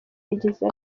yagize